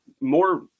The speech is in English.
more